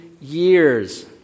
years